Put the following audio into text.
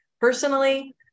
Personally